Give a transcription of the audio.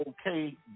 okay